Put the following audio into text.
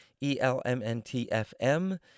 E-L-M-N-T-F-M